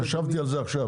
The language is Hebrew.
חשבתי על זה עכשיו.